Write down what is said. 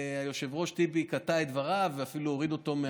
היושב-ראש טיבי קטע את דבריו ואפילו הוריד אותו.